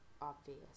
obvious